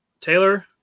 Taylor